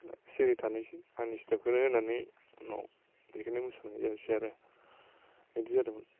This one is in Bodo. सिरि थानायसै आंनि स्टेपखौनो होनानै उनाव बेखौनो मोसानाय जानायसै आरो बिदि जादोंमोन